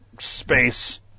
space